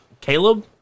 Caleb